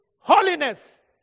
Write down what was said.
holiness